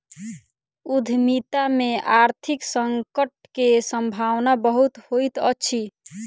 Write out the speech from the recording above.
उद्यमिता में आर्थिक संकट के सम्भावना बहुत होइत अछि